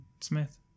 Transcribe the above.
Smith